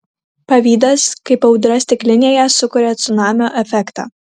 pavydas kaip audra stiklinėje sukuria cunamio efektą